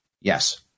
Yes